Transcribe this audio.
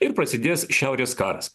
ir prasidės šiaurės karas